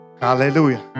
hallelujah